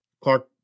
Clark